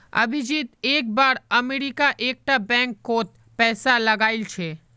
अभिजीत एक बार अमरीका एक टा बैंक कोत पैसा लगाइल छे